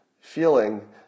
feeling